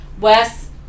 Wes